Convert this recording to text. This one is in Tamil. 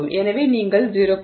எனவே நீங்கள் 0